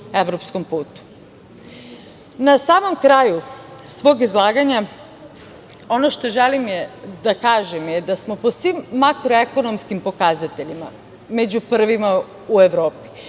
samom kraju svog izlaganja ono što želim da kažem jeste da smo po svim makro-ekonomskim pokazateljima među prvima u Evropi.